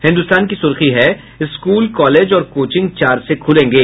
हिन्दुस्तान की सुर्खी है स्कूल कॉलेज और कोचिंग चार से खुलेंगे